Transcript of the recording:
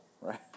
right